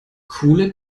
coole